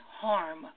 harm